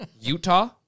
Utah